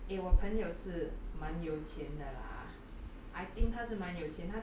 orh 我朋友很有钱吗我朋友是蛮有钱的 lah